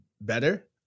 better